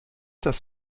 das